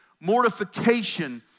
mortification